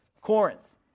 Corinth